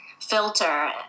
filter